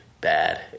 bad